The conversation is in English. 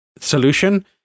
solution